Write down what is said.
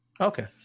Okay